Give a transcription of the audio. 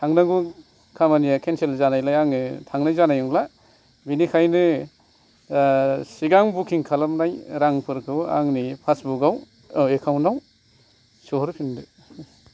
थांनांगौ खामानिया खेनसेल जानायलाय आङो थांनाय जानाय नंला बिनिखायनो सिगां बुखिं खालामनाय रांफोरखौ आंनि फासबुकयाव एकाउन्ट आव सोहरफिनदो